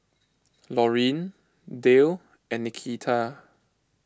Laurine Dale and Nikita